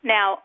Now